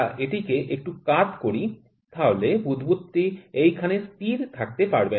যদি আমরা এটিকে একটু কাত করি তাহলে বুদ্বুদটি এইখানে স্থির থাকতে পারবে না